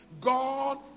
God